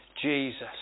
Jesus